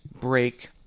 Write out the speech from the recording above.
break